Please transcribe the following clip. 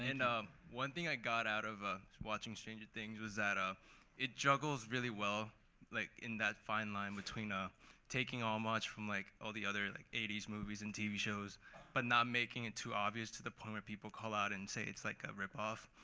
and um one thing i got out of watching stranger things was that ah it juggles really well like in that fine line between ah taking too much from like all the other like eighty s movies and tv shows but not making it too obvious to the point where people call out and say it's like a rip off.